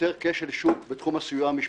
שיוצר כשל שוק בתחום הסיוע המשפטי.